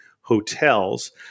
hotels